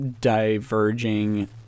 diverging